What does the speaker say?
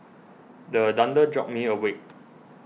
the thunder jolt me awake